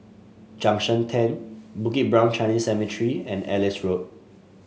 Junction Ten Bukit Brown Chinese Cemetery and Ellis Road